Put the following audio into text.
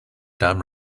dumb